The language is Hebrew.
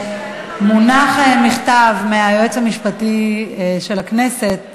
מונח מכתב מהיועץ המשפטי של הכנסת,